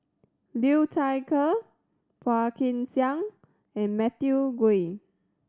Liu Thai Ker Phua Kin Siang and Matthew Ngui